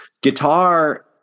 Guitar